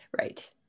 Right